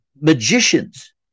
magicians